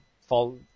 fall